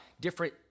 different